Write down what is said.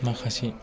माखासे